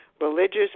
religious